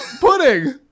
Pudding